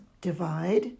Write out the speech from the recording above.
divide